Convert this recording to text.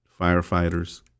firefighters